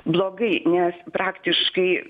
blogai nes praktiškai